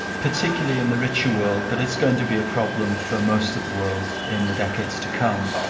particularly in the richer world but it's going to be a problem for most of the world in the decades to come,